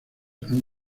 han